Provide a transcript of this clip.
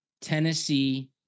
Tennessee